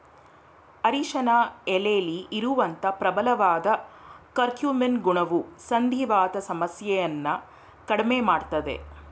ಅರಿಶಿನ ಎಲೆಲಿ ಇರುವಂತ ಪ್ರಬಲವಾದ ಕರ್ಕ್ಯೂಮಿನ್ ಗುಣವು ಸಂಧಿವಾತ ಸಮಸ್ಯೆಯನ್ನ ಕಡ್ಮೆ ಮಾಡ್ತದೆ